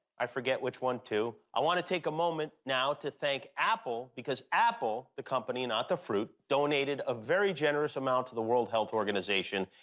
i forget which one, too. i want to take a moment now to thank apple, because apple the company, not the fruit donated a very generous amount to the world health organization.